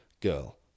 girl